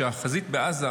הוא שהחזית בעזה